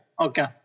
Okay